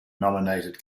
nominated